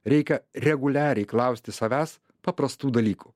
reikia reguliariai klausti savęs paprastų dalykų